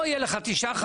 הייתי בקואליציה,